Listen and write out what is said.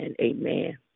amen